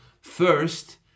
first